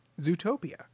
Zootopia